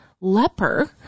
leper